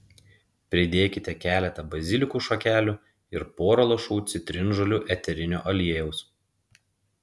pridėkite keletą bazilikų šakelių ir pora lašų citrinžolių eterinio aliejaus